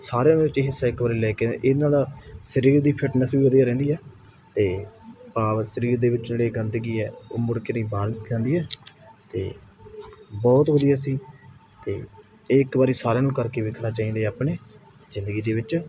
ਸਾਰਿਆਂ ਵਿੱਚ ਹਿੱਸਾ ਇੱਕ ਵਾਰੀ ਲੈ ਕੇ ਇਹਦੇ ਨਾਲ ਸਰੀਰ ਦੀ ਫਿਟਨੈਸ ਵੀ ਵਧੀਆ ਰਹਿੰਦੀ ਹੈ ਅਤੇ ਭਾਵ ਸਰੀਰ ਦੇ ਵਿੱਚ ਜਿਹੜੀ ਗੰਦਗੀ ਹੈ ਉਹ ਮੁੜ ਕੇ ਨਹੀਂ ਬਾਹਰ ਜਾਂਦੀ ਹੈ ਅਤੇ ਬਹੁਤ ਵਧੀਆ ਸੀ ਅਤੇ ਇਹ ਇੱਕ ਵਾਰੀ ਸਾਰਿਆਂ ਨੂੰ ਕਰਕੇ ਵੇਖਣਾ ਚਾਹੀਦਾ ਆਪਣੇ ਜ਼ਿੰਦਗੀ ਦੇ ਵਿੱਚ